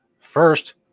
first